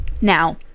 Now